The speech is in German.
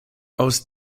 aus